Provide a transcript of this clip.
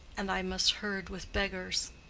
and i must herd with beggars.